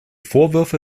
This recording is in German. vorwürfe